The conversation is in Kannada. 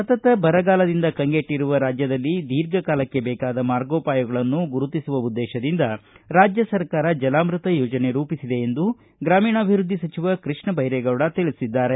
ಸತತ ಬರಗಾಲದಿಂದ ಕಂಗೆಟ್ಟರುವ ರಾಜ್ಯದಲ್ಲಿ ದೀರ್ಘ ಕಾಲಕ್ಕೆ ಬೇಕಾದ ಮಾರ್ಗೋಪಾಯಗಳನ್ನು ಗುರುತಿಸುವ ಉದ್ದೇಶದಿಂದ ರಾಜ್ಯ ಸರ್ಕಾರ ಜಲಾಮೃತ ಯೋಜನೆ ರೂಪಿಸಿದೆ ಎಂದು ಗ್ರಾಮೀಣಾಭಿವೃದ್ದಿ ಸಚಿವ ಸಚಿವ ಕೃಷ್ಣೇ ಬೈರೆಗೌಡ ತಿಳಿಸಿದ್ದಾರೆ